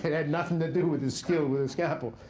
had nothing to do with his skill with a scalpel.